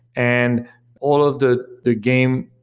and all of the the game,